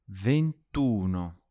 ventuno